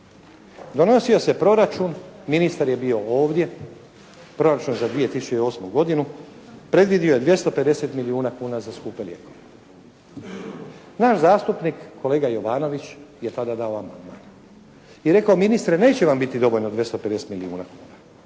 Donosio se proračun, ministar je bio ovdje, proračun za 2008. godinu predvidio je 250 milijuna kuna za skupe lijekove. Naš zastupnik kolega Jovanović je tada dao amandman i rekao ministre, neće Vam biti dovoljno 250 milijuna,